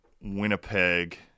Winnipeg